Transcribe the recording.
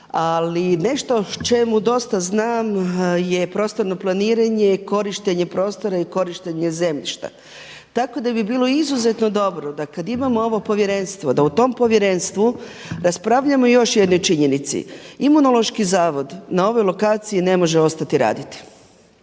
Ali nešto o čemu dosta znam je prostorno planiranje, korištenje prostora i korištenje zemljišta. Tako da bi bilo izuzetno dobro da kada imamo ovo povjerenstvo da u tom povjerenstvu raspravljamo i o još jednoj činjenici. Imunološki zavod na ovoj lokaciji ne može ostati raditi.